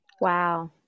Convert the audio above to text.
Wow